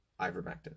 ivermectin